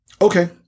Okay